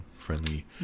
friendly